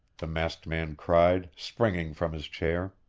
the masked man cried, springing from his chair.